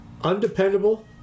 undependable